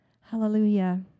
Hallelujah